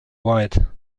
white